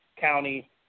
county